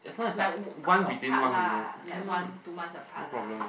like a part lah like one two months a part lah